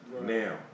Now